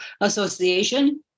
Association